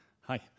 Hi